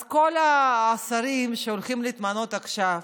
אז כל השרים שהולכים להתמנות עכשיו,